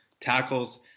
tackles